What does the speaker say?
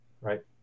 right